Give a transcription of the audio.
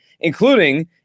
including